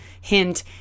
hint